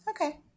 Okay